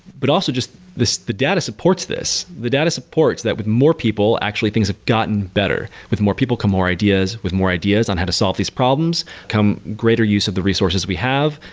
but also just the data supports this. the data supports that with more people, actually things have gotten better. with more people come more ideas. with more ideas on how to solve these problems come greater use of the resources we have,